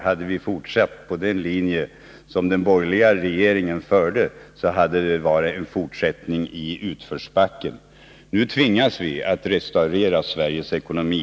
Om vi hade fortsatt på den borgerliga regeringens linje, hade det varit en fortsättning i utförsbacke. Nu tvingas vi att restaurera Sveriges ekonomi.